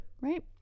right